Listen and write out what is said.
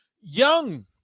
young